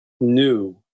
new